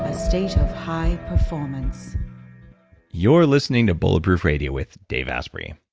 ah state of high performance you're listening to bulletproof radio with dave asprey.